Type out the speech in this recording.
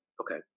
okay